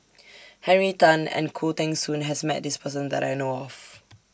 Henry Tan and Khoo Teng Soon has Met This Person that I know of